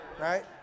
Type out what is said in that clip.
Right